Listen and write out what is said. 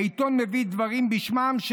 העיתון מביא בשם של,